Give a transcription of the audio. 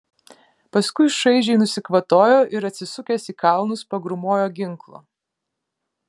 paskui šaižiai nusikvatojo ir atsisukęs į kalnus pagrūmojo ginklu